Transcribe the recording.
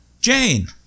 Jane